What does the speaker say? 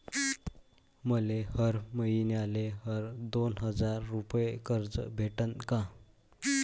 मले हर मईन्याले हर दोन हजार रुपये कर्ज भेटन का?